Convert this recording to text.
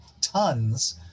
tons